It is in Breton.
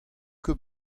ket